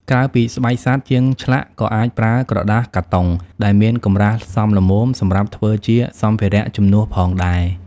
ក្រៅពីស្បែកសត្វ ជាងឆ្លាក់ក៏អាចប្រើក្រដាសកាតុងដែលមានកម្រាស់សមល្មមសម្រាប់ធ្វើជាសម្ភារៈជំនួសផងដែរ។